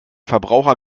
verbraucher